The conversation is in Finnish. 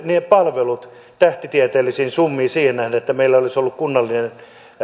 ne palvelut tähtitieteellisiin summiin siihen nähden että meillä olisi ollut kunnallinen